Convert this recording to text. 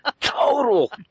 Total